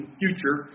future